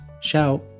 Ciao